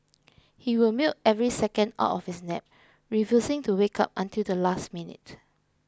he will milk every second out of his nap refusing to wake up until the last minute